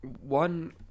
one